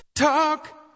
Talk